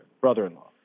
brother-in-law